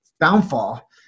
downfall